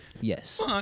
Yes